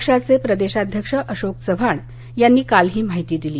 पक्षाचे प्रदेशाध्यक्ष अशोक चव्हाण यांनी काल ही माहिती दिली